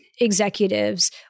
executives